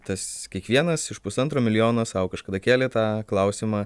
tas kiekvienas iš pusantro milijono sau kažkada kėlė tą klausimą